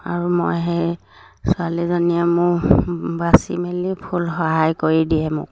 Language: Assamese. আৰু মই সেই ছোৱালীজনীয়ে মোৰ বাছি মেলি ফুল সহায় কৰি দিয়ে মোক